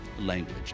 language